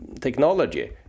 technology